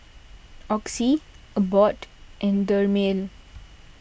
Oxy Abbott and Dermale